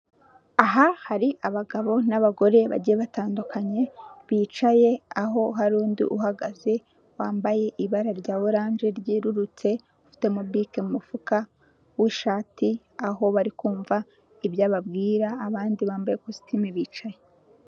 Aha hari abagabo n'abagore bagiye batandukanye bicaye aho hari undi uhagaze wambaye ibara rya orange ryerurutse ufite mo bike mu mufuka w'ishati aho bari kumva ibyo ababwira abandi bambaye cositimu bicaye.